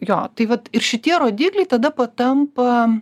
jo tai vat ir šitie rodikliai tada patampa